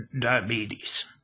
diabetes